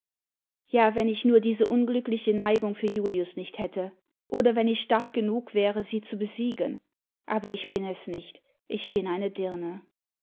ja wenn ich nur diese unglückliche neigung für julius nicht hätte oder wenn ich stark genug wäre sie zu besiegen aber ich bin es nicht ich bin eine dirne